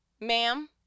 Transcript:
Ma'am